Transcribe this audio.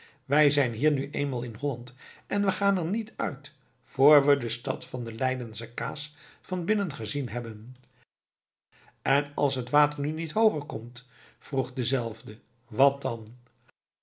wij zijn hier nu eenmaal in holland en we gaan er niet uit vr we de stad van de leidsche kaas van binnen gezien hebben en als het water nu niet hooger komt vroeg dezelfde wat dan